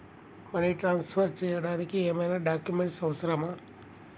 Money transfer చేయడానికి ఏమైనా documents అవసరమా?